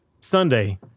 Sunday